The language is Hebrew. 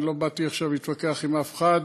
לא באתי עכשיו להתווכח עם אף אחד.